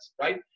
right